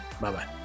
bye-bye